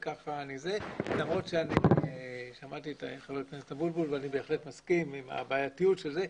למרות ששמעתי את חבר הכנסת אבוטבול ואני בהחלט מסכים עם הבעייתיות שבזה.